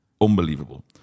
Unbelievable